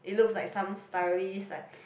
it looks like some stylist like